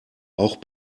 auch